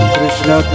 Krishna